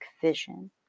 vision